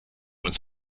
uns